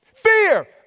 fear